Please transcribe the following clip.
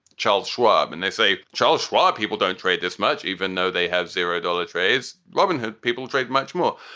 charles schwab. and they say charles schwab people don't trade this much even though they have zero dollar trades. robin hood people trade much more.